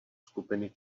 skupiny